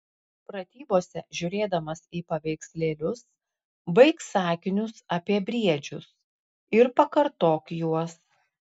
pratybose žiūrėdamas į paveikslėlius baik sakinius apie briedžius ir pakartok juos